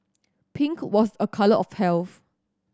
pink was a colour of health